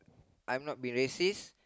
I'm not being racist